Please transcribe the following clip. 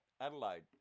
Adelaide